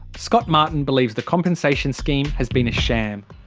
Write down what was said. scott martin believes the compensation scheme has been a sham.